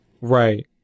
right